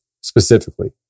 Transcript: specifically